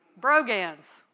Brogans